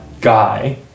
guy